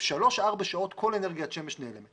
בשלוש-ארבע שעות כל אנרגיית השמש נעלמת